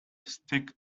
stick